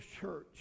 church